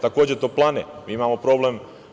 Takođe, toplane, mi imamo problem.